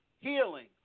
Healing